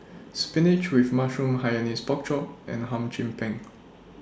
Spinach with Mushroom Hainanese Pork Chop and Hum Chim Peng